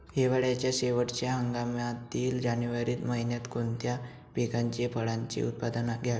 हिवाळ्याच्या शेवटच्या हंगामातील जानेवारी महिन्यात कोणत्या पिकाचे, फळांचे उत्पादन घ्यावे?